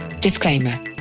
Disclaimer